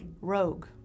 Rogue